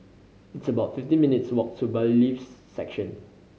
it's about fifteen minutes' walk to Bailiffs' Section